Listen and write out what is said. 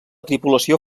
tripulació